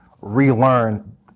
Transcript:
relearn